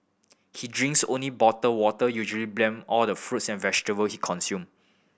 he drinks only bottled water usually blend all the fruits and vegetable he consume